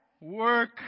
Work